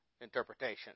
interpretation